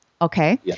Okay